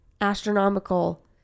astronomical